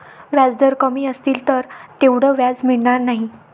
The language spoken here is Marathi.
व्याजदर कमी असतील तर तेवढं व्याज मिळणार नाही